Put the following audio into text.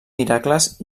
miracles